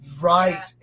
right